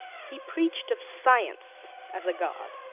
he preached of science as god,